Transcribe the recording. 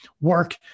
work